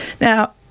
Now